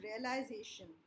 realization